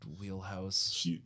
wheelhouse